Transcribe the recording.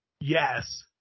Yes